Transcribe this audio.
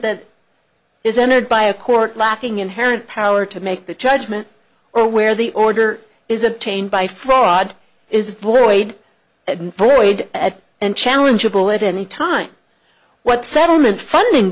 that is entered by a court lacking inherent power to make that judgment or where the order is obtained by fraud is void and void and challengeable at any time what settlement funding